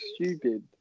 stupid